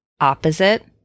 opposite